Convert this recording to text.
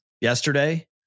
yesterday